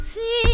See